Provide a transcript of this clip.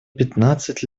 пятнадцать